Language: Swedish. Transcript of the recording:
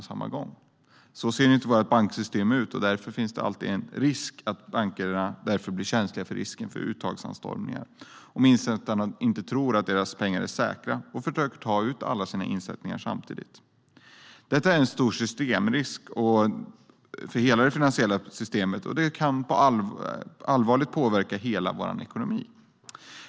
Så ser inte vårt banksystem ut, och därför är bankerna känsliga för risken för uttagsanstormningar om insättarna inte tror att deras pengar är säkra och försöker ta ut alla sina insättningar samtidigt. Detta är en stor systemrisk för hela det finansiella systemet som allvarligt kan påverka hela vår ekonomi.